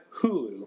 Hulu